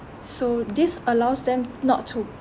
so this allows them not to